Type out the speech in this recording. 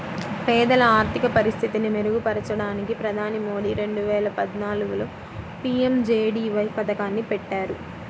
పేదల ఆర్థిక పరిస్థితిని మెరుగుపరచడానికి ప్రధాని మోదీ రెండు వేల పద్నాలుగులో పీ.ఎం.జే.డీ.వై పథకాన్ని పెట్టారు